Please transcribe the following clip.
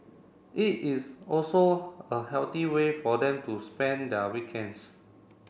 it is also a healthy way for them to spend their weekends